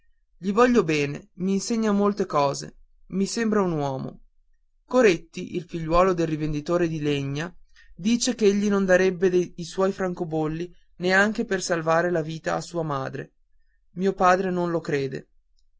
gli voglio bene m'insegna molte cose mi sembra un uomo coretti il figliuolo del rivenditore di legna dice ch'egli non darebbe i suoi francobolli neanche per salvar la vita a sua madre mio padre non lo crede